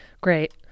Great